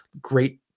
Great